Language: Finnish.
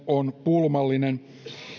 on pulmallinen